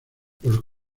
los